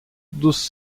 dos